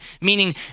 meaning